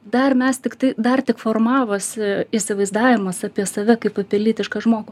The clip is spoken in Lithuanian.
dar mes tiktai dar tik formavosi įsivaizdavimas apie save kaip apie lytišką žmogų